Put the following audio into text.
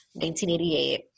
1988